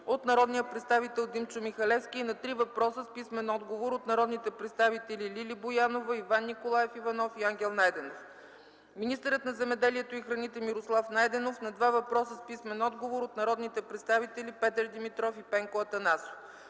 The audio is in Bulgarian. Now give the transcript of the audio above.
от народния представител Димчо Михалевски и на три въпроса с писмен отговор от народните представители Лили Боянова, Иван Николаев Иванов и Ангел Найденов; - министърът на земеделието и храните Мирослав Найденов на два въпроса с писмен отговор от народните представители Петър Димитров и Пенко Атанасов.